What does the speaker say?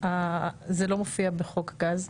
זה לא מופיע בחוק הגז,